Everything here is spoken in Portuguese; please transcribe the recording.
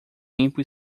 limpo